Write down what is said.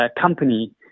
company